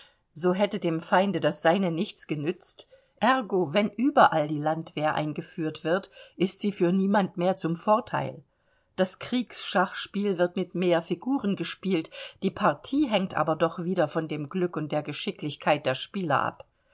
so hätte dem feinde das seine nichts genützt ergo wenn überall die landwehr eingeführt wird ist sie für niemand mehr zum vorteil das kriegsschachspiel wird mit mehr figuren gespielt die partie hängt aber doch wieder von dem glück und der geschicklichkeit der spieler ab